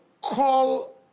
call